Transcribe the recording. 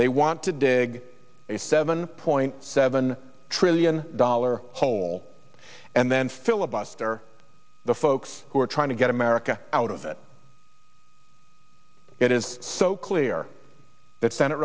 they want to dig a seven point seven trillion dollar hole and then filibuster the folks who are trying to get america out of it it is so clear that senate